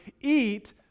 eat